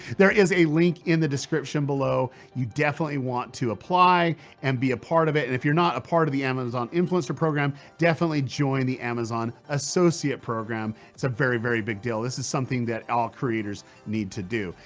there is a link in the description below. you definitely want to apply and be a part of it and if you're not a part of the amazon influencer program, definitely join the amazon associate program. it's a very, very big deal. this is something that all creators need to do.